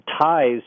ties